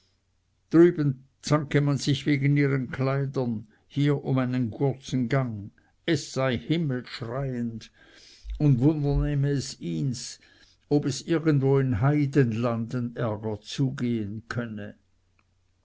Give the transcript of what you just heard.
zanke man sich wegen ihren kleidern hier um einen kurzen gang es sei himmelschreiend und wunder nehme es ihns ob es irgendwo in heidenlanden ärger zugehen könne